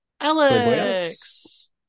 Alex